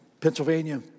Pennsylvania